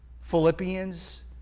Philippians